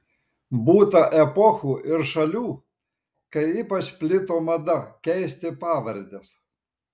būta epochų ir šalių kai ypač plito mada keisti pavardes